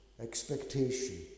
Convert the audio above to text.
expectation